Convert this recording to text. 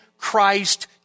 Christ